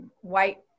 white